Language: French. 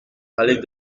allés